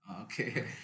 Okay